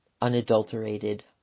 unadulterated